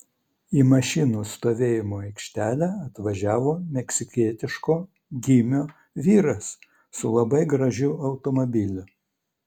į mašinų stovėjimo aikštelę atvažiavo meksikietiško gymio vyras su labai gražiu automobiliu